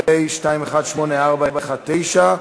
פ/2184/19,